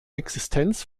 existenz